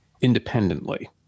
independently